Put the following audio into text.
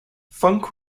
funk